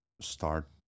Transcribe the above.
start